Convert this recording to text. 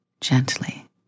gently